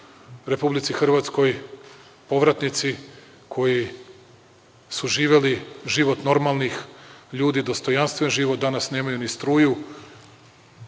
Republici Hrvatskoj, povratnici koji su živeli život normalnih ljudi, dostojanstven život, danas nemaju ni struju,